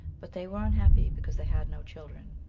but they were unhappy because they had no children.